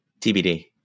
TBD